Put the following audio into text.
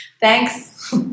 thanks